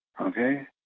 okay